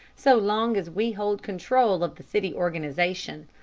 so long as we hold control of the city organization.